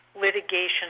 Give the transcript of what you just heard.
litigation